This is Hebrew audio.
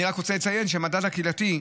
אני רק רוצה לציין שהמדד הקהילתי,